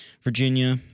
Virginia